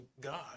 God